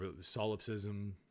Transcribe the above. solipsism